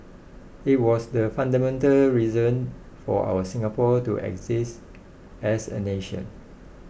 it was the fundamental reason for our Singapore to exist as a nation